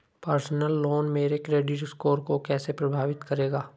Personal loan मेरे credit score को कैसे प्रभावित करेगा?